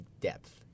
depth